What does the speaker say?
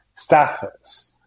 staffers